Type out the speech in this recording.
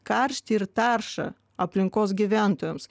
karštį ir taršą aplinkos gyventojams